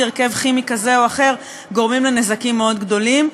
הרכב כימי כזה או אחר גורמים נזקים מאוד גדולים.